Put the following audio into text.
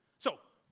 so,